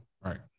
Right